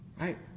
Right